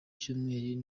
cyumweru